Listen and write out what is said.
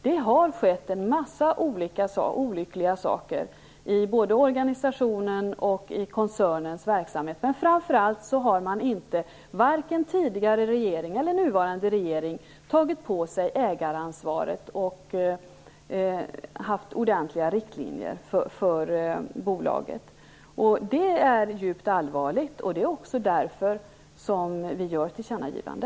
Det har skett en massa olyckliga saker, både i organisationen och i koncernens verksamhet. Men framför allt har varken tidigare regering eller nuvarande regering tagit på sig ägaransvaret och haft ordentliga riktlinjer för bolaget. Det är djupt allvarligt, och det är också därför vi gör detta tillkännagivande.